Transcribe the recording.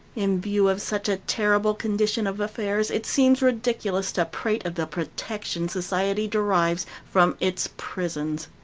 in view of such a terrible condition of affairs, it seems ridiculous to prate of the protection society derives from its prisons.